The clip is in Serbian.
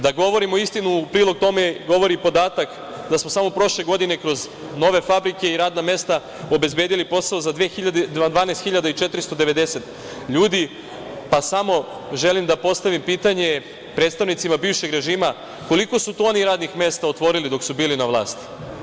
Da govorimo istinu, u prilog tome govori podatak da smo samo prošle godine kroz nove fabrike i radna mesta obezbedili posao za 12.490 ljudi, pa samo želim da postavim pitanje predstavnicima bivšeg režima - koliko su to oni radnih mesta otvorili dok su bili na vlasti?